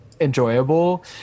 enjoyable